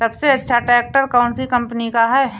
सबसे अच्छा ट्रैक्टर कौन सी कम्पनी का है?